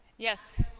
yes